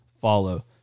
follow